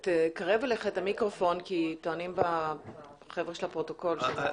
קרב אליך את המיקרופון כי טוענים החבר'ה של הפרוטוקול שלא שומעים.